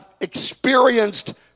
experienced